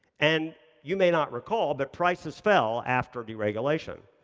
and you may not recall, but prices fell after deregulation.